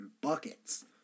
buckets